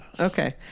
Okay